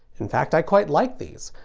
in fact, i quite like these.